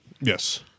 Yes